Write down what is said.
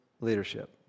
leadership